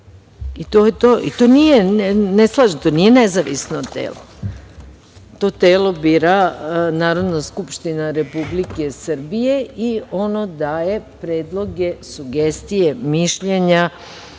nije nezavisno telo. To telo bira Narodna skupština Republike Srbije i ono daje predloge, sugestije, mišljenja,